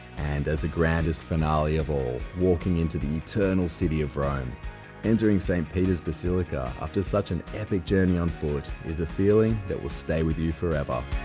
and as a grandest finale of all walking into the eternal city of rome entering saint peter's basilica after such an epic journey on foot is a feeling that will stay with you forever